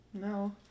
No